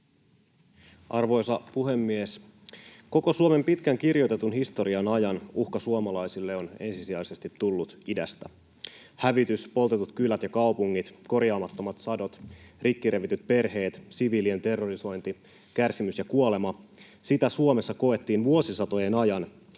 Arvoisa puhemies! Koko Suomen pitkän kirjoitetun historian ajan uhka suomalaisille on ensisijaisesti tullut idästä. Hävitys, poltetut kylät ja kaupungit, korjaamattomat sadot, rikki revityt perheet, siviilien terrorisointi, kärsimys ja kuolema — sitä Suomessa koettiin vuosisatojen ajan